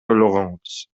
ойлогонбуз